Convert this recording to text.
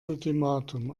ultimatum